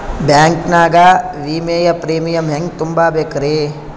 Bank ನಾಗ ವಿಮೆಯ premium ಹೆಂಗ್ ತುಂಬಾ ಬೇಕ್ರಿ?